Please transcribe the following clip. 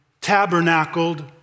tabernacled